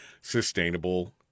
Sustainable